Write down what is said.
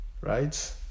right